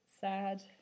sad